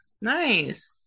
Nice